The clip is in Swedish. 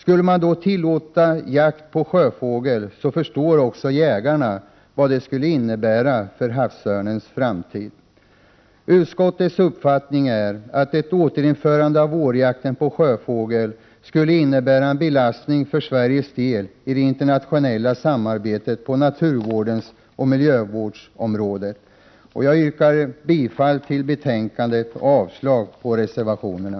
Skulle man då tillåta jakt på sjöfåglar, förstår också jägarna vad det skulle medföra för havsörnens framtid. Utskottets uppfattning är att ett återinförande av vårjakten på sjöfågel skulle innebära en belastning för Sveriges del i det internationella samarbetet på naturvårdens och miljövårdens område. Jag yrkar bifall till hemställan i betänkandet och avslag på reservationerna.